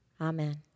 Amen